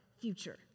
future